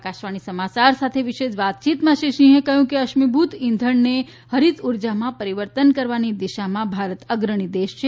આકાશવાણી સમાચાર સાથે વિશેષ વાતચીતમાં શ્રી સિંહે કહ્યું કે અશ્મિભૂત ઇંધણને હરિત ઉર્જામાં પરિવર્તન કરવાની દિશામાં ભારત અગ્રણી દેશ છે